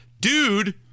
dude